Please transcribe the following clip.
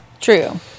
true